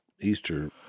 Easter